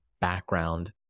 background